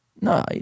No